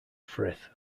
frith